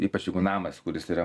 ypač jeigu namas kuris yra